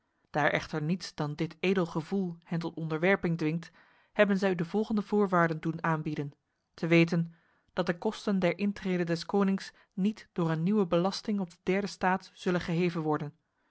daar echter niets dan dit edel gevoel hen tot onderwerping dwingt hebben zij u de volgende voorwaarden doen aanbieden te weten dat de kosten der intrede des konings niet door een nieuwe belasting op de derde staat zullen geheven worden